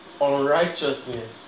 unrighteousness